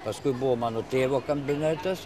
paskui buvo mano tėvo kabinetas